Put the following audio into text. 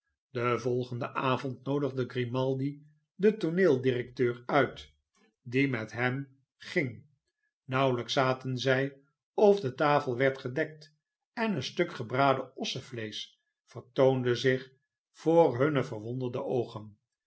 den voigenden avond noodigde grimaldi den tooneel directeur uit die met hem ging nauwelijks zaten zij of de tafel werd gedekt en een stuk gebraden ossevleesch vertoonde zich voor hunne verwonderde oogen